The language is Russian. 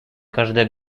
каждое